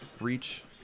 reach